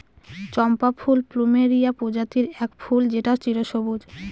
চম্পা ফুল প্লুমেরিয়া প্রজাতির এক ফুল যেটা চিরসবুজ